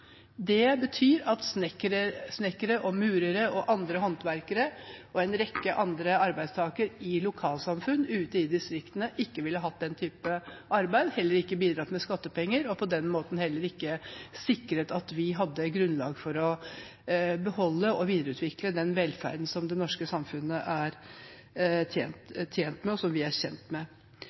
Det betyr at snekkere, murere, andre håndverkere og en rekke andre arbeidstakere i lokalsamfunn ute i distriktene ikke ville hatt arbeid, ikke bidratt med skattepenger og på den måten heller ikke sikret vårt grunnlag for å beholde og videreutvikle den velferden som det norske samfunnet er tjent med, og som vi er tjent med.